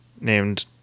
named